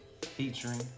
Featuring